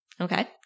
Okay